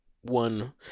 One